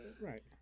Right